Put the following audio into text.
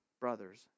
brothers